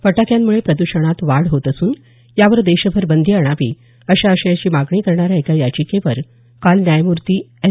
फटाक्यांमुळे प्रद्षणात वाढ होत असून यावर देशभर बंदी आणावी अशा आशयाची मागणी करणाऱ्या एका याचिकेवर काल न्यायमूर्ती एस